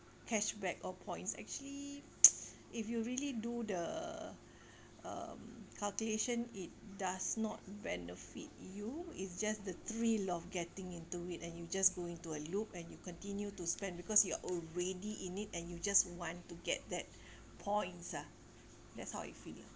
cashback or points actually if you really do the um calculation it does not benefit you is just the thrill of getting into it and you just go into a loop and you continue to spend because you're already in it and you just want to get that points ah that's how you feel ah